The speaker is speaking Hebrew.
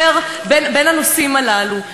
באמת, אני רק מפחד שאתה תתפלל גם, אולי,